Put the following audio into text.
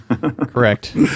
correct